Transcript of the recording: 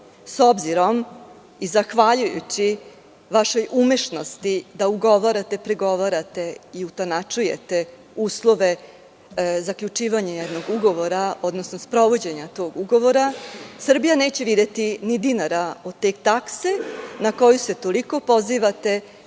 s obzirom i zahvaljujući vašoj umešnosti da ugovarate, pregovarate i utanačujete uslove zaključivanje jednog ugovora, odnosno sprovođenje tog ugovora, Srbija neće videti ni dinara od te takse na koju se toliko pozivate